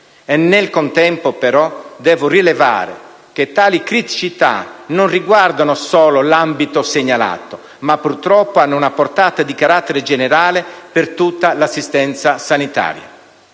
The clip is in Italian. Nel contempo però devo rilevare che tali criticità non riguardano solo l'ambito segnalato, ma hanno purtroppo una portata di carattere generale per tutta l'assistenza sanitaria.